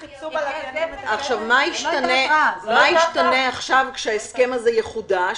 מה ישתנה עכשיו כשההסכם הזה יחודש?